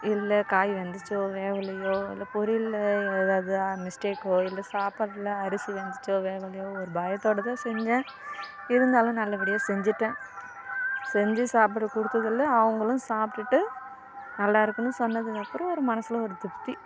இல்லை காய் வெந்துச்சோ வேகலையோ இல்லை பொரியலில் வேறே எதாவது மிஸ்டேக்கோ இல்லை சாப்பாட்டில் அரிசி வெந்துச்சோ வேகலையோ ஒரு பயத்தோடு தான் செஞ்சேன் இருந்தாலும் நல்லபடியாக செஞ்சுட்டேன் செஞ்சு சாப்பிட கொடுத்ததுல அவங்களும் சாப்பிட்டுட்டு நல்லாயிருக்குன்னு சொன்னதுக்கப்புறம் ஒரு மனதில் ஒரு திருப்தி